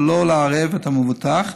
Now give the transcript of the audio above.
בלא לערב את המבוטח,